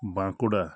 Bankura